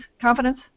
Confidence